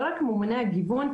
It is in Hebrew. לא רק ממוני הגיוון,